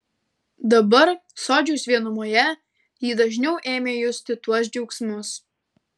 dabar sodžiaus vienumoje ji dažniau ėmė justi tuos džiaugsmus